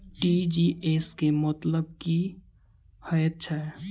TGS केँ मतलब की हएत छै?